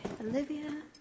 Olivia